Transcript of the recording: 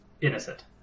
innocent